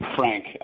frank